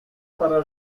para